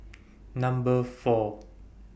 Number four